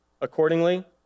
Accordingly